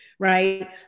Right